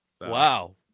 Wow